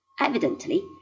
Evidently